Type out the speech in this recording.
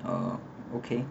uh okay